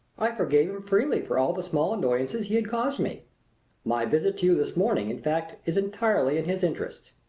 i forgave him freely for all the small annoyances he had caused me my visit to you this morning, in fact, is entirely in his interests.